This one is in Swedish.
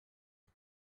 det